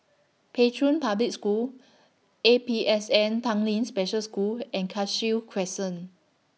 Pei Chun Public School A P S N Tanglin Special School and Cashew Crescent